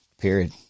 Period